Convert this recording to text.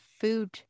food